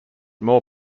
more